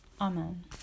Amen